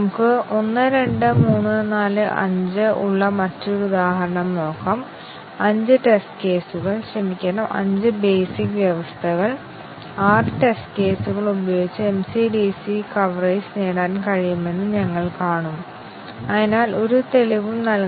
ഇത് ഒരു വലിയ പ്രശ്നമാണ് ഒന്നിലധികം കണ്ടീഷൻ കവറേജ് ഏറ്റവും ശക്തമാണെങ്കിലും ആവശ്യമായ ടെസ്റ്റ് കേസുകളുടെ എണ്ണം എക്സ്പോണൻഷ്യൽ ആണ് എന്നതാണ് പ്രശ്നം